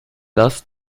thus